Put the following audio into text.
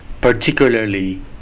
particularly